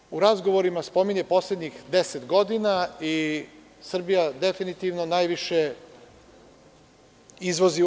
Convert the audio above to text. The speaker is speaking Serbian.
Uvek se u razgovorima spominje poslednjih deset godina i Srbija definitivno najviše izvozi u EU.